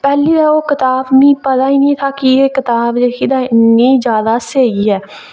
पेह्लें ते ओह् कताब मिगी पता निं हा कि ओह् कताब इन्नी जैदा स्हेई ऐ